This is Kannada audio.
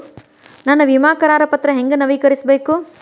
ನನ್ನ ವಿಮಾ ಕರಾರ ಪತ್ರಾ ಹೆಂಗ್ ನವೇಕರಿಸಬೇಕು?